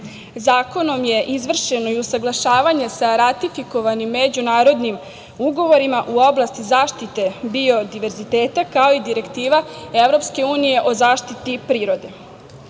Zakonom je izvršeno usaglašavanje sa ratifikovanim međunarodnim ugovorima u oblasti zaštite biodiverziteta, kao i Direktiva EU o zaštiti